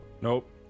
nope